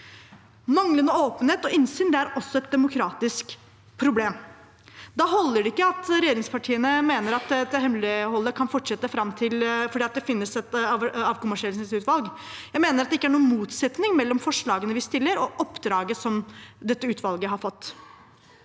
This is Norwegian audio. Manglende åpenhet og innsyn er også et demokratisk problem. Da holder det ikke at regjeringspartiene mener at dette hemmeligholdet kan fortsette fordi det finnes et avkommersialiseringsutvalg. Jeg mener at det ikke er noen motsetning mellom forslagene vi kommer med, og oppdraget dette utvalget har fått.